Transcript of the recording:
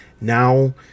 Now